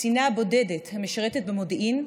קצינה בודדת המשרתת במודיעין,